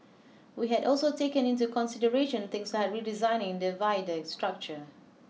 we had also taken into consideration things like redesigning the viaduct structure